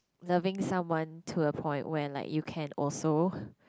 loving someone to a point when like you can also